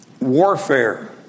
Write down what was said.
warfare